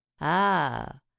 Ah